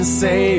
say